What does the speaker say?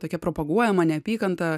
tokia propaguojama neapykanta